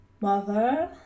Mother